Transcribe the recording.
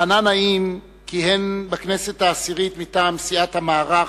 רענן נעים כיהן בכנסת העשירית מטעם סיעת המערך,